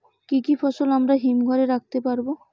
কি কি ফসল আমরা হিমঘর এ রাখতে পারব?